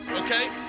okay